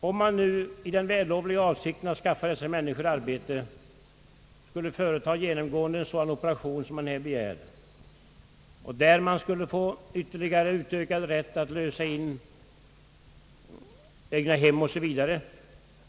Om man nu i den vällovliga avsikten att skaffa dessa människor arbete skulle få fullmakt att över hela linjen genomföra den operation som nu är begärd, varigenom man skulle få ytterligare rätt att lösa in egnahem 0. s. v.